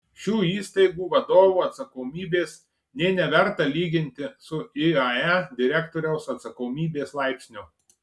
šių įstaigų vadovų atsakomybės nė neverta lyginti su iae direktoriaus atsakomybės laipsniu